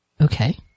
Okay